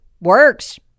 works